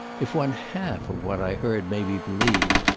if one half of what i heard may be believed,